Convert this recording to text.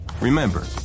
Remember